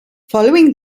following